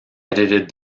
edited